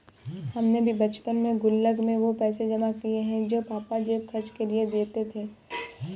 हमने भी बचपन में गुल्लक में वो पैसे जमा किये हैं जो पापा जेब खर्च के लिए देते थे